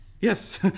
Yes